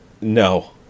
No